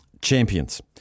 Champions